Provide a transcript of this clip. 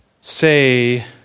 say